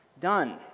done